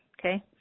okay